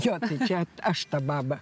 jo tai čia aš ta baba